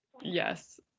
Yes